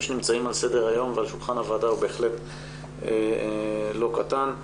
שנמצאים על סדר היום ועל שולחן הוועדה הוא בהחלט לא קטן,